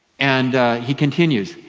and he continues,